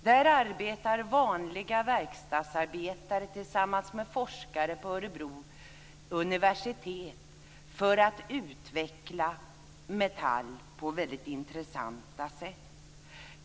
Där arbetar vanliga verkstadsarbetare tillsammans med forskare på Örebro universitet för att utveckla metall på väldigt intressanta sätt.